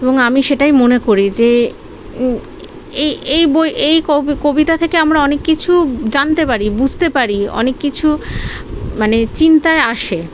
এবং আমি সেটাই মনে করি যে এই এই বই এই কবি কবিতা থেকে আমরা অনেক কিছু জানতে পারি বুঝতে পারি অনেক কিছু মানে চিন্তায় আসে